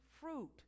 fruit